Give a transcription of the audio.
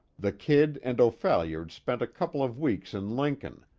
the kid and o'phalliard spent a couple of weeks in lincoln,